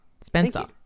Spencer